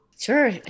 Sure